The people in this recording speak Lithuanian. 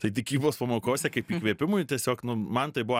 tai tikybos pamokose kaip įkvėpimui tiesiog nu man tai buvo